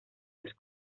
los